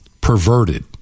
perverted